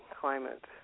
climate